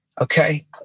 Okay